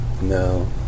No